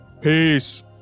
Peace